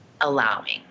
allowing